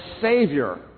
Savior